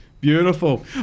Beautiful